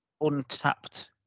untapped